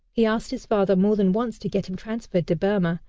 he asked his father more than once to get him transferred to burma,